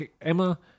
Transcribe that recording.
Emma